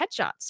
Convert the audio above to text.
headshots